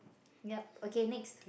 yup okay next